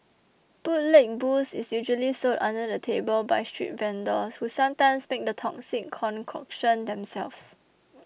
bootleg booze is usually sold under the table by street vendors who sometimes make the toxic concoction themselves